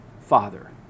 father